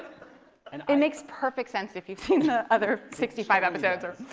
and it makes perfect sense if you've seen the other sixty five episodes or